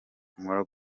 nkora